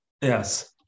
Yes